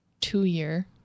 two-year